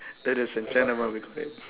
that is in we call it